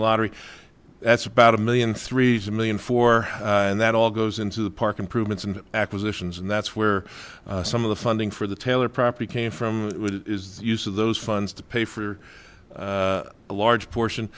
lottery that's about a million three million four and that all goes into the park improvements and acquisitions and that's where some of the funding for the taylor property came from is the use of those funds to pay for a large portion